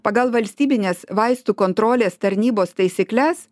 pagal valstybinės vaistų kontrolės tarnybos taisykles